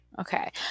okay